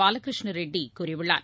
பாலகிருஷ்ண ரெட்டி கூறியுள்ளார்